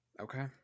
okay